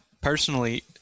personally